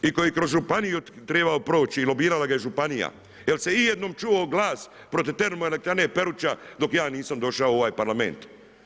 I koji kroz županiju treba proći i lobirala ga je županija. jel' se ijednom čuo glas protiv termoelektrane Peruća dok ja nisam došao u ovaj Parlament?